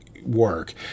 work